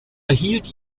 erhielt